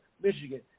Michigan